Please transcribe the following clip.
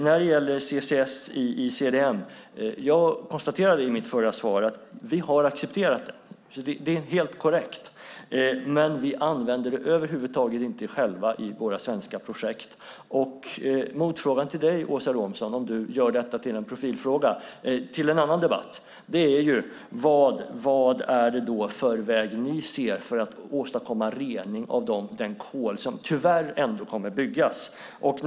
När det gäller CCS inom CDM konstaterade jag i mitt förra svar att vi har accepterat det. Det är helt korrekt. Men vi använder det över huvud taget inte själva i våra svenska projekt. Motfrågan till dig, Åsa Romson, som du får svara på i en annan debatt, om du gör detta till en profilfråga är vilken väg som ni ser för att åstadkomma rening av den kol som tyvärr ändå kommer att produceras.